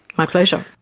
my pleasure.